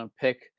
pick